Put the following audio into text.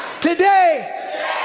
Today